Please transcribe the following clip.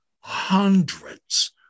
hundreds